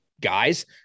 guys